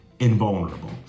Invulnerable